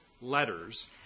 letters